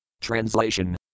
Translation